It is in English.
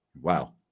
Wow